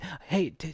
hey